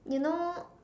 you know